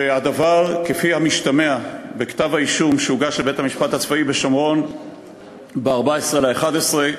וכפי שמשתמע מכתב-האישום שהוגש לבית-המשפט הצבאי בשומרון ב-14 בנובמבר,